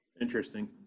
Interesting